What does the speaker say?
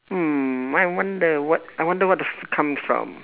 mm I wonder what I wonder what the food come from